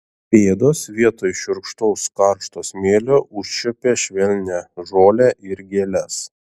pėdos vietoj šiurkštaus karšto smėlio užčiuopė švelnią žolę ir gėles